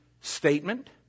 statement